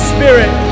Spirit